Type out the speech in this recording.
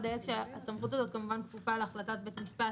אני אדייק שהסמכות הזאת כמובן כפופה להחלטת בית המשפט,